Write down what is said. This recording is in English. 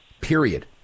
period